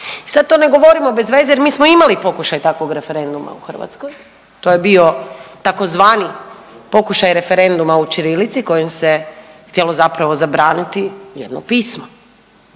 sad to ne govorimo bez veze jer mi smo imali pokušaj takvog referenduma u Hrvatskoj to je bio tzv. pokušaj referenduma u ćirilici kojim se htjelo zapravo zabraniti jedno pismo.